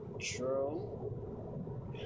True